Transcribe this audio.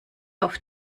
auf